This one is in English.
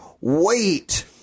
wait